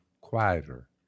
quieter